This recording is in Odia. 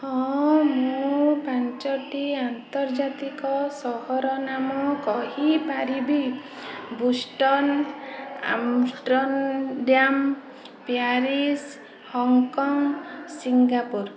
ହଁ ମୁଁ ପାଞ୍ଚଟି ଆନ୍ତର୍ଜାତିକ ସହର ନାମ କହିପାରିବି Boston Amsterdam Paris Hong Kong Singapore